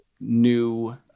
new